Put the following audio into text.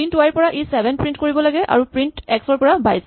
print Y ৰ পৰা E seven print কৰিব লাগে আৰু প্ৰিন্ট এক্স ৰ পৰা ২২